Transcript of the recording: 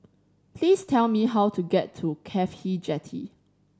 please tell me how to get to CAFHI Jetty